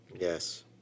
Yes